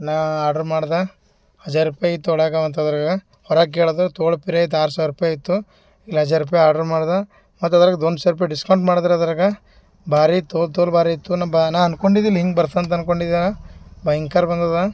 ನಾ ಆಡ್ರ್ ಮಾಡ್ದೆ ಹಝಾರ್ ರೂಪಾಯಿ ಇತ್ತು ಒಳಗೆ ಅದರಾಗ ಹೊರಗೆ ಕೇಳದ್ರೆ ತೋಳ್ ಪಿರೆ ಇತ್ತು ಆರು ಸಾವಿರ ರೂಪಾಯಿ ಇತ್ತು ಇಲ್ಲಿ ಹಝಾರ್ ರೂಪಾಯಿ ಆಡ್ರ್ ಮಾಡ್ದೆ ಮತ್ತು ಅದ್ರಾಗ ದೊನ್ಶೆ ರೂಪಾಯಿ ಡಿಸ್ಕೌಂಟ್ ಮಾಡಿದರು ಅದರಾಗ ಭಾರಿ ತೋಲ್ ತೋಲ್ ಭಾರಿಯಿತ್ತು ನ ಬಾ ನಾ ಅನ್ಕೊಂಡಿದ್ದಿಲ್ಲ ಹಿಂಗೆ ಬರ್ತ ಅನ್ಕೊಂಡಿದ್ದ ಭಯಂಕರ ಬಂದದ